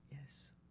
Yes